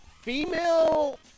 female